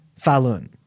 Falun